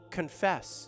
confess